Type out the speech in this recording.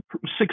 Six